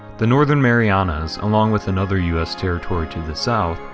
the northern marianas, along with another u s. territory to the south,